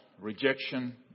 rejection